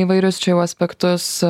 įvairius čia jau aspektus